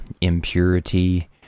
impurity